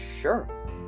sure